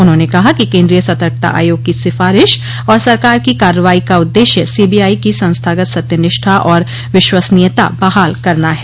उन्होंने कहा कि केन्द्रीय सतर्कता आयोग की सिफारिश और सरकार की कार्रवाई का उद्देश्य सीबीआई की सस्थागत सत्यनिष्ठा और विश्वसनीयता बहाल करना है